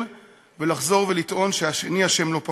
ולחזור ולטעון שהשני אשם לא פחות.